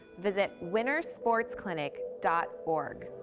visit wintersportsclinic dot org